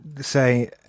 say